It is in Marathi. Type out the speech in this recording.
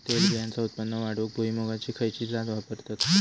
तेलबियांचा उत्पन्न वाढवूक भुईमूगाची खयची जात वापरतत?